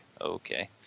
okay